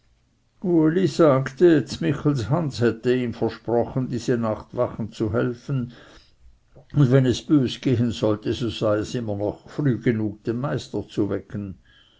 hätte ihm versprochen diese nacht wachen zu helfen und wenn es bös gehen sollte so sei es immer noch früh genug den meister zu wecken